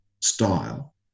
style